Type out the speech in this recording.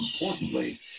importantly